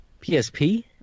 PSP